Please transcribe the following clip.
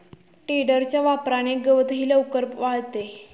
टेडरच्या वापराने गवतही लवकर वाळते